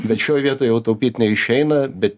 bet šioj vietoj jau taupyt neišeina bet